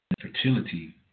fertility